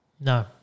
No